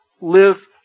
live